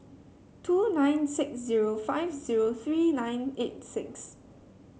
two nine six zero five zero three nine eight six